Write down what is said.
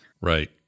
Right